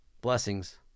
Blessings